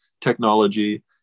technology